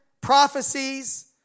prophecies